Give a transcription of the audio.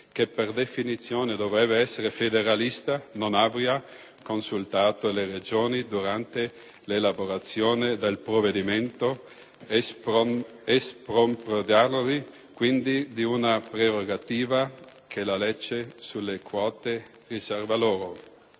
che per definizione dovrebbe essere federalista, non abbia consultato le Regioni durante l'elaborazione del provvedimento, espropriandole quindi di una prerogativa che la legge sulle quote riserva loro.